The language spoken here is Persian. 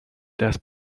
دست